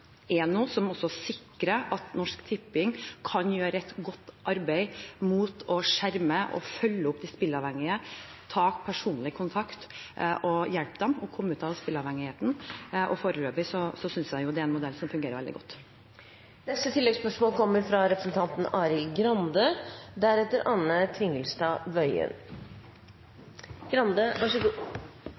også sikrer at Norsk Tipping kan gjøre et godt arbeid med å skjerme og følge opp de spilleavhengige, ta personlig kontakt og hjelpe dem med å komme ut av spilleavhengigheten, og foreløpig synes jeg det er en modell som fungerer veldig godt.